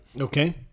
okay